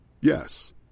Yes